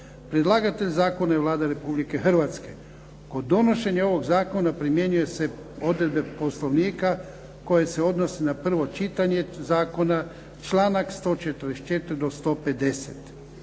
Predlagatelj zakona je Vlada Republike Hrvatske. Kod donošenja ovoga zakona primjenjuju se odredbe Poslovnika koje se odnose na prvo čitanje zakona, članak 144. do 150.